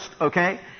Okay